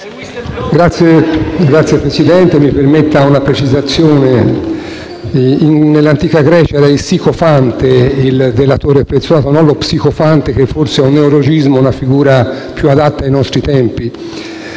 Signor Presidente, mi consenta una precisazione: nell'antica Grecia c'era il sicofante o delatore prezzolato e non lo psicofante, che forse è un neologismo e una figura più adatta ai nostri tempi.